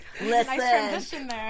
listen